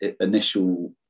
initial